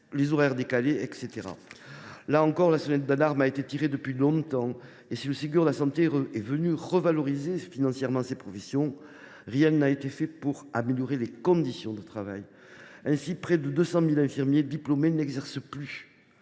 horaires décalés, etc. Là encore, la sonnette d’alarme a été tirée depuis longtemps, mais, si le Ségur de la santé est venu revaloriser financièrement ces professions, rien n’a été fait pour améliorer ces conditions de travail. Ainsi, près de 200 000 infirmiers diplômés n’exercent plus,